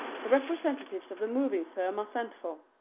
the representatives of the moving-firm are sent for.